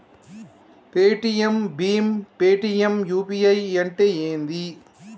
Paytm భీమ్ Paytm UPI అంటే ఏంది?